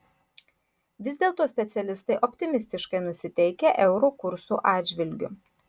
vis dėlto specialistai optimistiškai nusiteikę euro kurso atžvilgiu